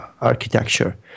architecture